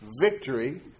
victory